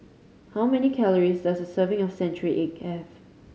how many calories does a serving of century egg have